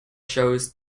shows